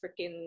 freaking